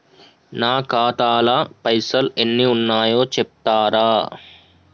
నా ఖాతా లా పైసల్ ఎన్ని ఉన్నాయో చెప్తరా?